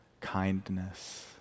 kindness